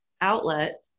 outlet